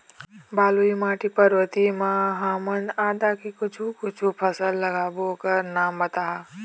बलुई माटी पर्वतीय म ह हमन आदा के कुछू कछु फसल लगाबो ओकर नाम बताहा?